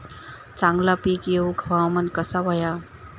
चांगला पीक येऊक हवामान कसा होया?